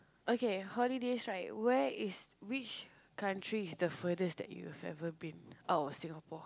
okay holidays right where is which country is the furthest that you've ever been out of Singapore